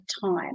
time